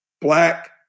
black